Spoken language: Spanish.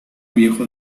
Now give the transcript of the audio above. viejo